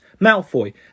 Malfoy